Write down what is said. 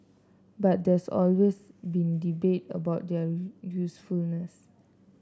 but there's always been debate about their usefulness